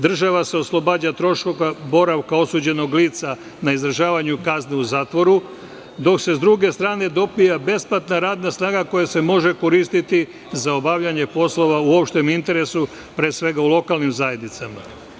Država se oslobađa troškova boravka osuđenog lica na izdržavanju kazne u zatvoru, dok se sa druge strane dobija besplatna radna snaga koja se može koristiti za obavljanje poslova u opštem interesu, pre svega u lokalnim zajednicama.